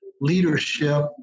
leadership